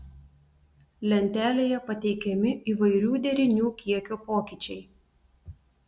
lentelėje pateikiami įvairių derinių kiekio pokyčiai